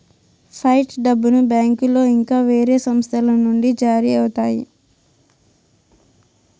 fight డబ్బును బ్యాంకులో ఇంకా వేరే సంస్థల నుండి జారీ అవుతాయి